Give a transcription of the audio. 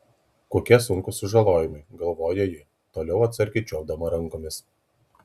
kokie sunkūs sužalojimai galvojo ji toliau atsargiai čiuopdama rankomis